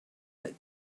that